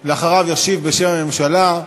אחריו, ישיב בשם הממשלה,